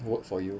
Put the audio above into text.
work for you